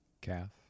calf